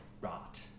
rot